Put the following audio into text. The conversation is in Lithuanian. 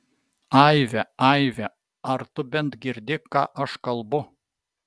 aive aive ar tu bent girdi ką aš kalbu